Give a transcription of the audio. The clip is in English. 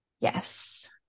Yes